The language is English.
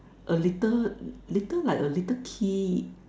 A little little like a little key